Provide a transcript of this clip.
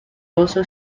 also